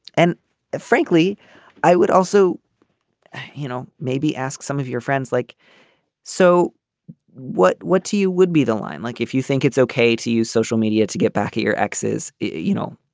and frankly i would also you know maybe ask some of your friends like so what. what do you would be the line like if you think it's ok to use social media to get back at your exes. you know.